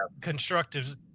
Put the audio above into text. constructive